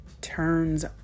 turns